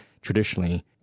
traditionally